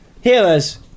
healers